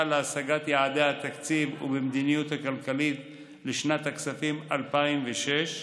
להשגת יעדי התקציב והמדיניות הכלכלית לשנת הכספים 2006),